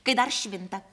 kai dar švinta